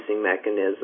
mechanism